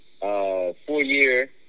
four-year